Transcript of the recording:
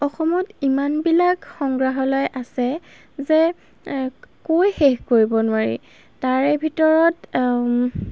অসমত ইমানবিলাক সংগ্ৰহালয় আছে যে কৈ শেষ কৰিব নোৱাৰি তাৰে ভিতৰত